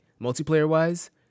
multiplayer-wise